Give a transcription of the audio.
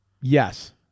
Yes